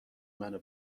منو